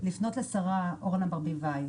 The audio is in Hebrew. אני רוצה לפנות לשרה אורנה ברביבאי,